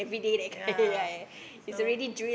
ya so